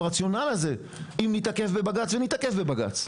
ברציונל הזה עם ניתקל בבג"ץ וניתקל בבג"ץ.